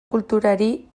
kulturari